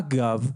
אגב,